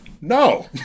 no